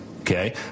okay